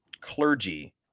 clergy